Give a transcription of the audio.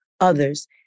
others